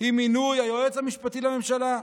היא מינוי היועץ המשפטי לממשלה,